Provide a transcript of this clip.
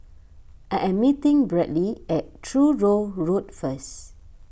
I am meeting Bradly at Truro Road first